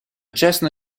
чесно